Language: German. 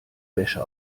wäsche